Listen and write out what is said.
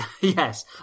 Yes